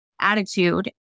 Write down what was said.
attitude